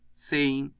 saying,